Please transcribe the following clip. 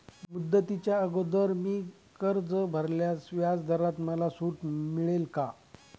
मुदतीच्या अगोदर मी कर्ज भरल्यास व्याजदरात मला सूट मिळेल का?